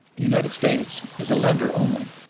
the united states is a lender only.